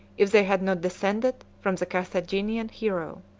if they had not descended from the carthaginian hero.